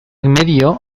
medio